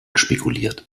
spekuliert